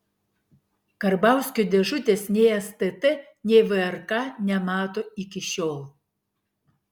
karbauskio dėžutės nei stt nei vrk nemato iki šiol